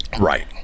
Right